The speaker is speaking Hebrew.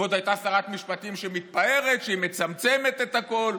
ועוד הייתה שרת משפטים שמתפארת שהיא מצמצמת את הכול,